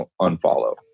unfollow